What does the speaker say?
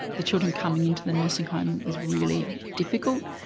the children coming into the nursing home is really difficult,